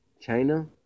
China